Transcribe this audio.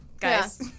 Guys